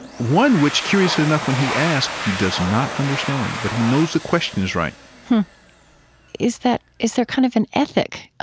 one which, curiously enough when he asks, he does not understand. but he knows the question is right is right is there kind of an ethic ah